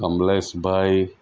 કમલેશભાઈ